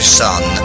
son